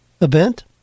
event